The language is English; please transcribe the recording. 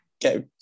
get